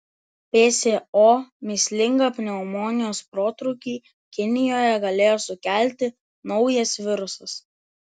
pso mįslingą pneumonijos protrūkį kinijoje galėjo sukelti naujas virusas